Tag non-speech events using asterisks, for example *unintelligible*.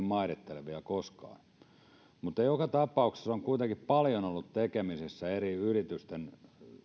*unintelligible* mairittelevia koskaan joka tapauksessa olen kuitenkin paljon ollut tekemisissä eri yritysten